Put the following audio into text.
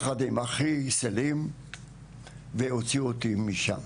יחד עם אחי סלים והוציאו אותי משם